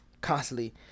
constantly